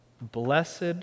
Blessed